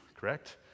Correct